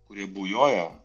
kurie bujoja